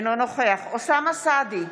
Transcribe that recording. אינו נוכח אוסאמה סעדי,